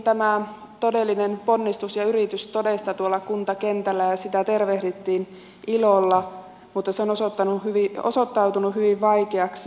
tämä todellinen ponnistus ja yritys otettiin kuitenkin todesta tuolla kuntakentällä ja sitä tervehdittiin ilolla mutta se on osoittautunut hyvin vaikeaksi